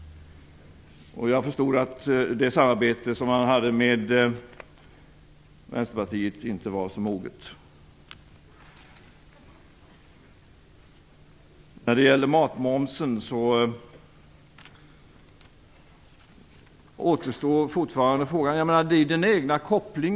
Jag förstod att det samarbete som han hade med Vänsterpartiet inte var så moget. Beträffande matmomsen återstår det fortfarande frågor. Gudrun Schyman gör en egen koppling.